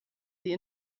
sie